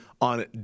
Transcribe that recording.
on